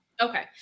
Okay